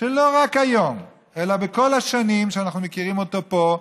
שלא רק היום אלא בכל השנים שאנחנו מכירים אותו פה,